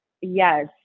yes